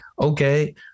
okay